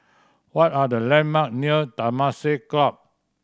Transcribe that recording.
what are the landmark near Temasek Club